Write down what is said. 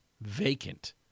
vacant